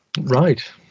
Right